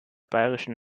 bayerischen